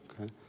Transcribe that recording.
Okay